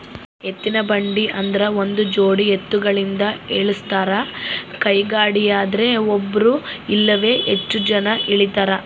ಎತ್ತಿನಬಂಡಿ ಆದ್ರ ಒಂದುಜೋಡಿ ಎತ್ತುಗಳಿಂದ ಎಳಸ್ತಾರ ಕೈಗಾಡಿಯದ್ರೆ ಒಬ್ರು ಇಲ್ಲವೇ ಹೆಚ್ಚು ಜನ ಎಳೀತಾರ